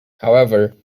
however